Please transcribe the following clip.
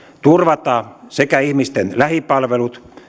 turvata ihmisten lähipalvelut